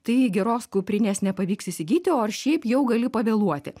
tai geros kuprinės nepavyks įsigyti o ir šiaip jau gali pavėluoti